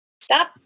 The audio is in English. stop